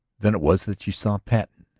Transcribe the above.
then it was that she saw patten.